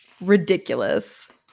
ridiculous